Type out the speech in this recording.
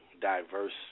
diverse